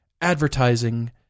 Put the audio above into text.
advertising